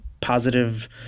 positive